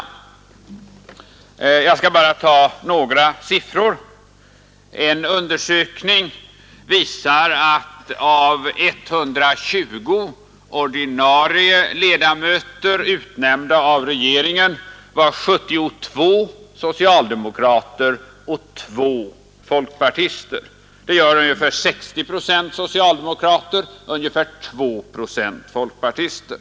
Jag skall bara ge några siffror. En undersökning visar att av 120 ordinarie ledamöter utnämnda av regeringen var 72 socialdemokrater och 2 folkpartister. Det blir ungefär 60 procent socialdemokrater och ungefär 2 procent folkpartister.